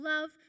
love